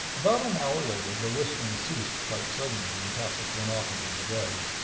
about an hour later, the whistling ceased quite suddenly, and tassoc went off again to bed.